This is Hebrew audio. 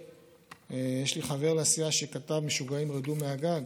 יש לי חבר לסיעה שכתב: משוגעים, רדו מהגג.